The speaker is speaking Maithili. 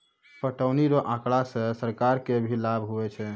पटौनी रो आँकड़ा से सरकार के भी लाभ हुवै छै